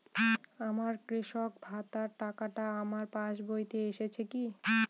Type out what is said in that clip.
আমার কৃষক ভাতার টাকাটা আমার পাসবইতে এসেছে কি?